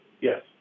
Yes